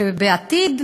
ושבעתיד,